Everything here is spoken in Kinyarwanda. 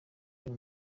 uyu